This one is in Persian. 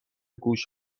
گوش